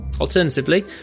Alternatively